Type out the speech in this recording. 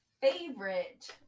favorite